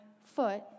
foot